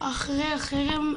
אחרי החרם,